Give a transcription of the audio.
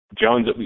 Jones